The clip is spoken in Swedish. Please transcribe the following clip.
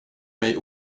mig